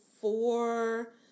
four